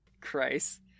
Christ